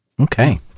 okay